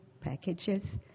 packages